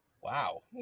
Wow